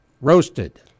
roasted